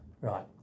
Right